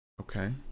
Okay